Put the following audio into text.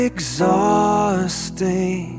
Exhausting